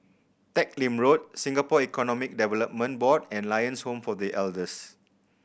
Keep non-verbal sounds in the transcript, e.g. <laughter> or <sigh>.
Teck Lim Road Singapore Economic <unintelligible> Board and Lions Home for The Elders